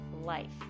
life